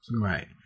right